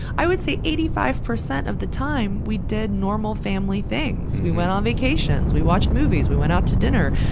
i would say eighty five percent of the time, we did normal family things. we went on vacations, we watched movies, we went out to dinner,